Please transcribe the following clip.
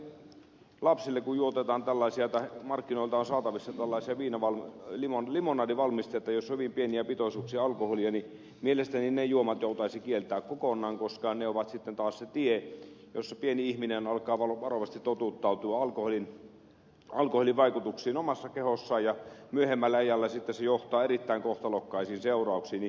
kun lapsille monesti juotetaan tai markkinoilta on saatavissa tällaisia limonadivalmisteita joissa on hyvin pieniä pitoisuuksia alkoholia niin mielestäni ne juomat joutaisi kieltää kokonaan koska ne ovat sitten taas se tie jossa pieni ihminen alkaa varovasti totuttautua alkoholin vaikutuksiin omassa kehossaan ja myöhemmällä iällä se sitten johtaa erittäin kohtalokkaisiin seurauksiin